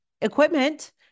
equipment